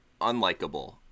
unlikable